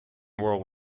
world